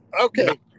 Okay